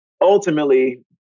ultimately